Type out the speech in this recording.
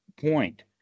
point